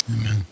Amen